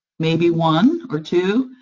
maybe one or two,